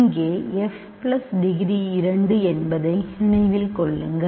இங்கே f plus degree 2 என்பதை நினைவில் கொள்ளுங்கள்